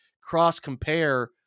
cross-compare